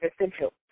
essential